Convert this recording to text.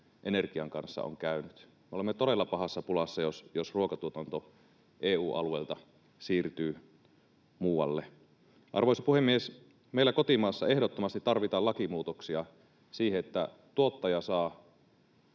energian kanssa on käynyt. Olemme todella pahassa pulassa, jos ruokatuotanto EU-alueelta siirtyy muualle. Arvoisa puhemies! Meillä kotimaassa ehdottomasti tarvitaan lakimuutoksia siihen, että tuottaja saa